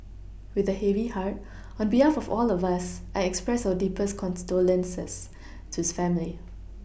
with a heavy heart on behalf of all of us I expressed our deepest condolences to his family